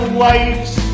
waves